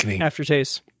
aftertaste